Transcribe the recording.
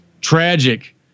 tragic